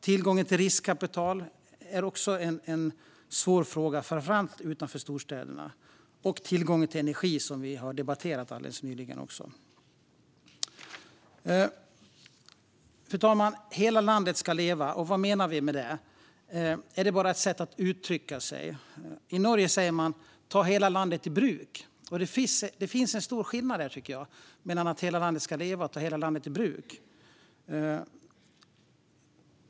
Tillgången till riskkapital är också en svår fråga, framför allt utanför storstäderna, liksom tillgången till energi, som vi också har debatterat alldeles nyligen. Fru talman! Hela landet ska leva - vad menar vi med det? Är det bara ett sätt att uttrycka sig? I Norge talar man om att ta hela landet i bruk. Det finns en stor skillnad, tycker jag, mellan att hela landet ska leva och att ta hela landet i bruk.